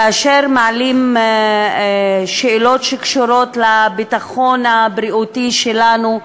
כאשר מעלים שאלות שקשורות לביטחון הבריאותי שלנו,